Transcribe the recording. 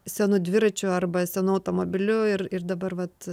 senu dviračiu arba senu automobiliu ir ir dabar vat